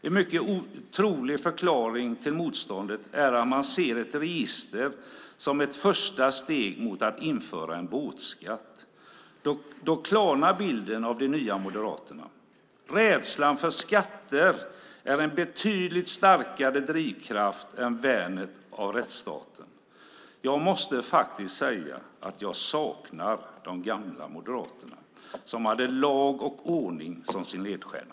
En mycket trolig förklaring till motståndet är att man ser ett register som ett första steg mot att införa en båtskatt. Då klarnar bilden av de nya moderaterna. Rädslan för skatter är en betydligt starkare drivkraft än värnet av rättsstaten. Jag måste faktiskt säga att jag saknar de gamla moderaterna, som hade lag och ordning som sin ledstjärna.